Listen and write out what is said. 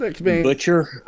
butcher